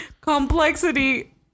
complexity